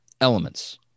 elements